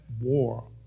war